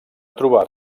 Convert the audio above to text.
trobar